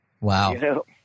Wow